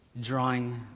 drawing